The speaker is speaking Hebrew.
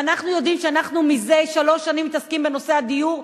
ואנחנו יודעים שמזה שלוש שנים אנחנו מתעסקים בנושא הדיור,